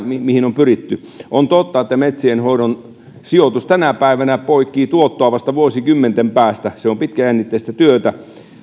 mihin on pyritty on totta että metsienhoidon sijoitus tänä päivänä poikii tuottoa vasta vuosikymmenten päästä se on pitkäjännitteistä työtä